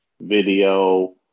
video